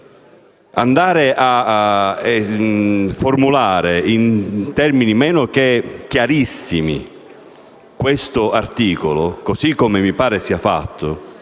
allora non formulare in termini meno che chiarissimi questa norma, così come mi pare sia fatto,